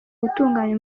gutunganya